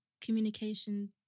communication